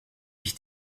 ich